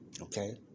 Okay